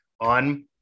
on